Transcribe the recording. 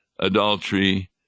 Adultery